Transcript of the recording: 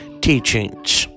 teachings